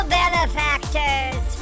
benefactors